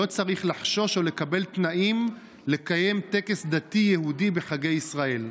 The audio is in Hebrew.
לא צריך לחשוש או לקבל תנאים לקיים טקס דתי יהודי בחגי ישראל.